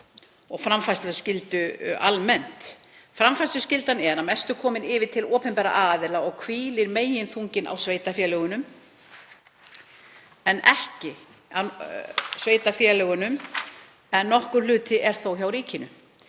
og framfærsluskyldu almennt. Framfærsluskyldan er að mestu komin yfir til opinberra aðila og hvílir meginþunginn á sveitarfélögunum en nokkur hluti er hjá ríkinu.